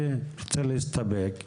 חברים, אני רוצה להסתפק.